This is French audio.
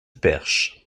perche